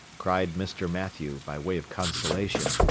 cried mr. mathew, by way of consolation.